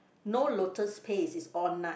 no lotus paste is all nut